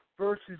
versus